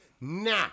Nah